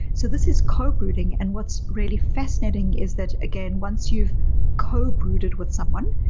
so this is co-brooding and what's really fascinating is that again, once you've co-brooded with someone